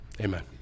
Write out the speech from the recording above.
Amen